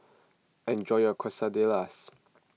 enjoy your Quesadillas